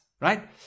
right